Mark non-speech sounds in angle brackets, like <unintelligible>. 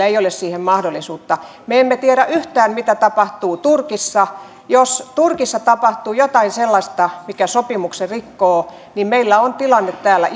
<unintelligible> ei ole siihen mahdollisuutta me emme tiedä yhtään mitä tapahtuu turkissa jos turkissa tapahtuu jotain sellaista mikä sopimuksen rikkoo niin meillä on tilanne täällä <unintelligible>